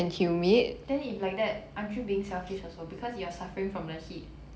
then if like that aren't you being selfish also because you are suffering from the heat